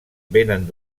vénen